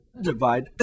divide